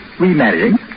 remarrying